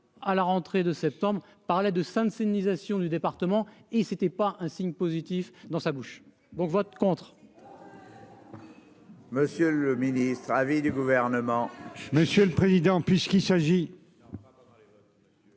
à la rentrée de septembre, parlait de sensibilisation du département et c'était pas un signe positif dans sa bouche, bon vote contre.